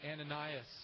Ananias